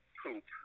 poop